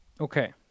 Okay